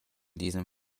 diesem